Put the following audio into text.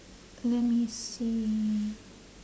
let me see